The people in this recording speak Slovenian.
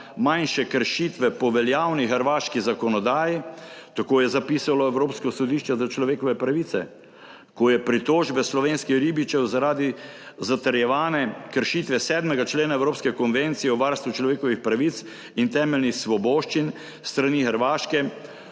manjše kršitve po veljavni hrvaški zakonodaji – tako je zapisalo Evropsko sodišče za človekove pravice, ko je pritožbe slovenskih ribičev zaradi zatrjevane kršitve 7. člena Evropske konvencije o varstvu človekovih pravic in temeljnih svoboščin s strani Hrvaške